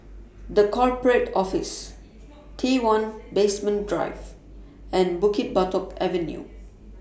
The Corporate Office T one Basement Drive and Bukit Batok Avenue